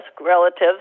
relatives